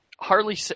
Harley